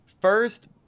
first